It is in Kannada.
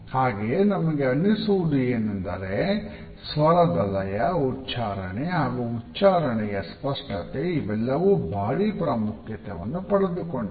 ಹಾಗೆಯೇ ನಮಗೆ ಅನ್ನಿಸುವುದು ಏನಂದರೆ ಸ್ವರದ ಲಯ ಉಚ್ಚಾರಣೆ ಹಾಗು ಉಚ್ಚಾರಣೆಯ ಸ್ಪಷ್ಟತೆ ಇವೆಲ್ಲವೂ ಬಾರಿ ಪ್ರಾಮುಖ್ಯತೆಯನ್ನು ಪಡೆದುಕೊಂಡಿವೆ